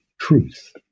truth